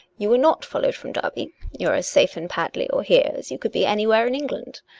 you were not followed from derby you are as safe in padley or here as you could be anywhere in england.